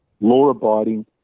law-abiding